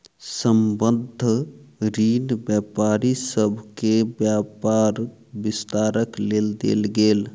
संबंद्ध ऋण व्यापारी सभ के व्यापार विस्तारक लेल देल गेल